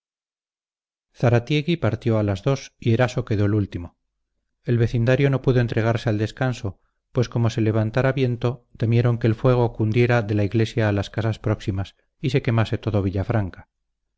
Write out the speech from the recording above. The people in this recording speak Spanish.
general zaratiegui partió a las dos y eraso quedó el último el vecindario no pudo entregarse al descanso pues como se levantara viento temieron que el fuego cundiera de la iglesia a las casas próximas y se quemase todo